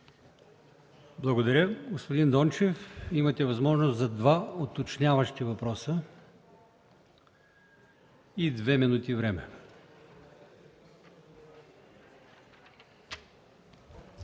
Благодаря. Господин Дончев, имате възможност за два уточняващи въпроса и две минути време.